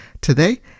Today